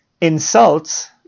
insults